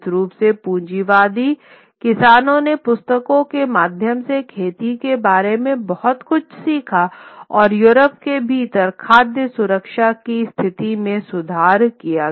निश्चित रूप से पूंजीवादी किसानों ने पुस्तकों के माध्यम से खेती के बारे में बहुत कुछ सीखा और यूरोप के भीतर खाद्य सुरक्षा की स्थिति में सुधार किया